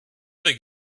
other